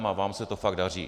A vám se to fakt daří.